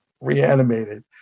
reanimated